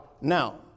Now